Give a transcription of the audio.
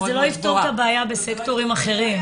כן, אבל זה לא יפתור את הבעיה בסקטורים אחרים.